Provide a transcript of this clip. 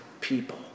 people